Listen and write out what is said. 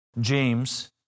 James